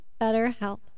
BetterHelp